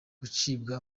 gucibwa